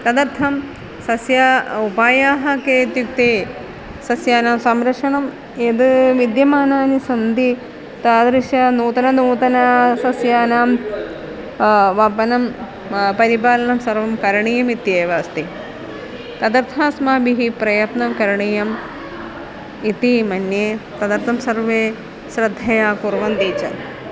तदर्थं सस्यानाम् उपायाः के इत्युक्ते सस्यानां संरक्षणं यद् विद्यमानानि सन्ति तादृशनूतननूतनानां सस्यानां वपनं परिपालनं सर्वं करणीयमित्येव अस्ति तदर्थमस्माभिः प्रयत्नः करणीयः इति मन्ये तदर्थं सर्वे श्रद्धया कुर्वन्ति च